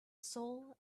soul